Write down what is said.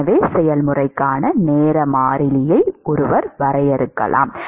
எனவே செயல்முறைக்கான நேர மாறிலியை ஒருவர் வரையறுக்கலாம்